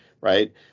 right